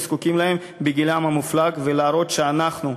זקוקים להם בגילם המופלג ולהראות שאנחנו,